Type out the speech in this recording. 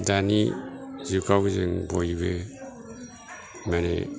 दानि जुगाव जों बयबो माने